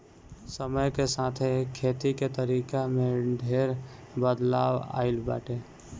समय के साथे खेती के तरीका में ढेर बदलाव आइल बाटे